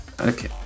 Okay